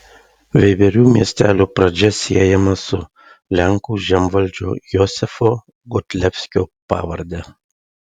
veiverių miestelio pradžia siejama su lenkų žemvaldžio jozefo godlevskio pavarde